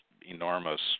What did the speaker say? enormous